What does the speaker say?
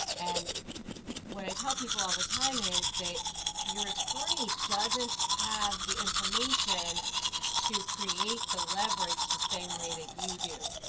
and what i tell people all the time is that your attorney doesn't have the information to create the leverage the same way that you do,